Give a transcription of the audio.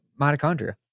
mitochondria